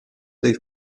del